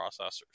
processors